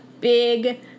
big